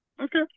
Okay